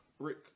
brick